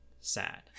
sad